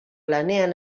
lanean